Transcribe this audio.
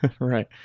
Right